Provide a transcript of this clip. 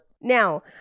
Now